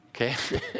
Okay